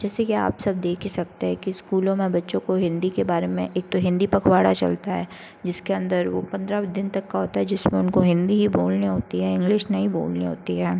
जैसे कि आप सब देख ही सकते हैं कि स्कूलों में बच्चों को हिंदी के बारे में एक तो हिंदी पखवाड़ा चलता है जिसके अंदर वह पंद्रह दिन तक का होता है जिसमें उनको हिंदी ही बोलनी होती है इंग्लिश नहीं बोलनी होती है